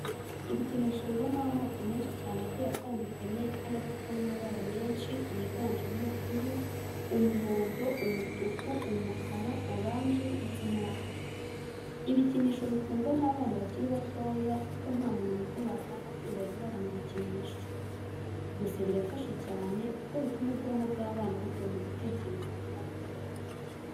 Ibikinisho bibamo amoko menshi cyane agiye atandukanye kandi afite n'amabara menshi yiganjemo ubururu, umuhondo, umutuku, umukara, oranje ndetse n'andi. Ibikinisho bikundwa n'abana bakiri batoya kuko nta muntu mukuru wasanga akunda guhorana ibikinisho. Gusa birafasha cyane kuko bituma ubwonko bw'abana bukura mu gutekereza vuba.